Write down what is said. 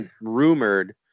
rumored